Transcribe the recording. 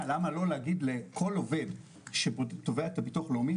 למה לא להגיד לכל עובד שתובע את הביטוח הלאומי,